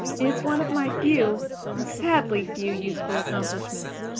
it's one of my few sadly few useful accomplishments.